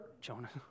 Jonas